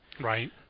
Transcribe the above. Right